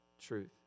truth